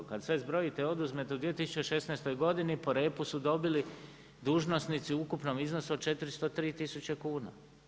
Kad sve zbrojite i oduzmete u 2016. godini po repu su dobili dužnosnici u ukupnom iznosu od 403000 kuna.